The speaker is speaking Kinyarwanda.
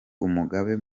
umugaba